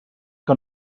que